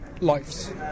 lives